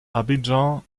abidjan